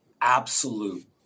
absolute